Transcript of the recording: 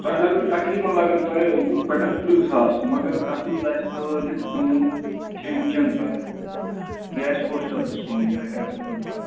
تۄہہِ لَگَن تقریٖبَن لَگَن تۄہہِ وُہ پٮ۪ٹھ ترٕٛہ ساس مگر تَتھ منٛز آسہِ سٲلِم سون کھٮ۪ن چٮ۪ن تۄہہِ بیٚیہِ آسہِ ہوسٹَل تہِ سونُے تَتہِ ایٚوَیٚلیبُل تۄہہِ